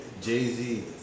Jay-Z